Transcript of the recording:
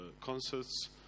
concerts